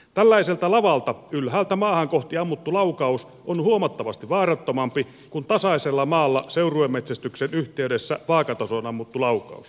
tällaiselta lavalta ylhäältä maata kohti ammuttu laukaus on huomattavasti vaarattomampi kuin tasaisella maalla seuruemetsästyksen yhteydessä vaakatasoon ammuttu laukaus